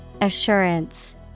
Assurance